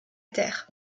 terre